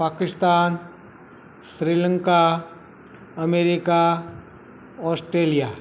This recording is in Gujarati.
Pakistan Sri Lanka America Australia